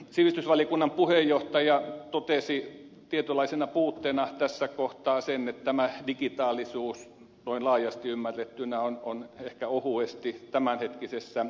sivistysvaliokunnan puheenjohtaja totesi tietynlaisena puutteena tässä kohtaa sen että tämä digitaalisuus noin laajasti ymmärrettynä on ehkä ohuesti tämänhetkisessä esityksessä